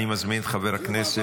אני מזמין את חבר הכנסת,